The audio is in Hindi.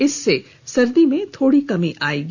इससे सर्दी में थोड़ी कमी आएगी